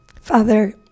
Father